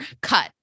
cut